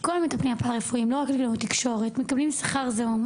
כל המטפלים הפרא רפואיים לא רק קלינאיות תקשורת מקבלים שכר זעום.